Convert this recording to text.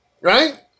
Right